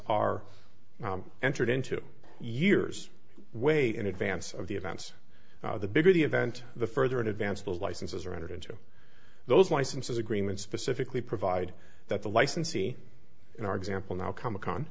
are entered into years way in advance of the events the bigger the event the further in advance those licenses are entered into those licenses agreements specifically provide that the licensee in our example now come a co